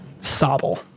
Sobble